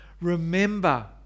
remember